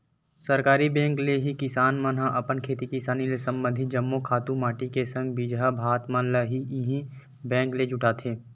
सहकारी बेंक ले ही किसान मन ह अपन खेती किसानी ले संबंधित जम्मो खातू माटी के संग बीजहा भात मन ल इही बेंक ले जुटाथे